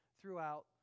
throughout